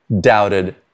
doubted